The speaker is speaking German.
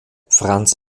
franz